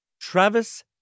Travis